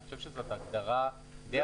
אני חושב שזאת הגדרה די ארוכה.